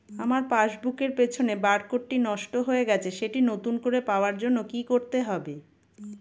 আমার পাসবুক এর পিছনে বারকোডটি নষ্ট হয়ে গেছে সেটি নতুন করে পাওয়ার জন্য কি করতে হবে?